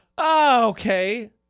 Okay